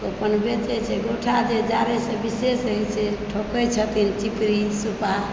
ओ अपन बेचै छै गोइठा जे जारै से विशेष होइ छै ठोकै छथिन चिपरी सुपा